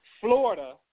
Florida